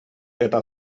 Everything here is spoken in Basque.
eta